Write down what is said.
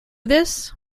this